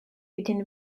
within